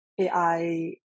AI